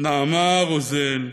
נעמה רוזן קרייף,